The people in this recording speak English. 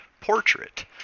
portrait